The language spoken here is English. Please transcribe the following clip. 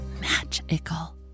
magical